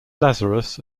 lazarus